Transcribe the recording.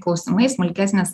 klausimai smulkesnės